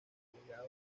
virginia